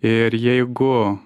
ir jeigu